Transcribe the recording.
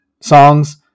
songs